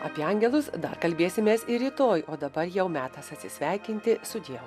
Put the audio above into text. apie angelus dar kalbėsimės ir rytoj o dabar jau metas atsisveikinti sudieu